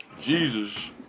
Jesus